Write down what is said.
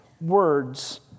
words